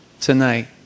tonight